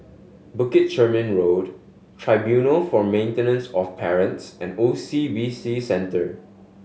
Bukit Chermin Road Tribunal for Maintenance of Parents and O C B C Center